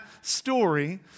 story